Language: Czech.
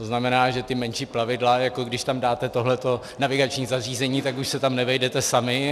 To znamená, že ta menší plavidla, když tam dáte tohleto navigační zařízení, tak už se tam nevejdete sami.